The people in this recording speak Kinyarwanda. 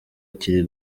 kiri